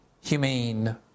humane